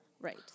Right